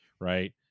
right